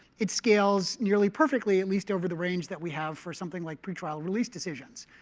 it scales nearly perfectly, at least over the range that we have for something like pretrial release decisions.